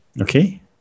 Okay